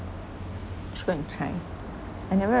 I should go and try I never